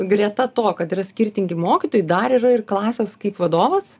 greta to kad yra skirtingi mokytojai dar yra ir klasės kaip vadovas